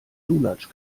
lulatsch